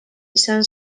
izan